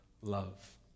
love